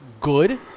good